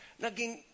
naging